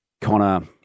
Connor